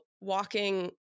walking